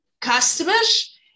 customers